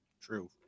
True